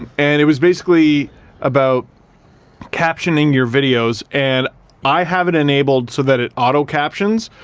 um and it was basically about captioning your videos and i have it enabled so that it auto captions,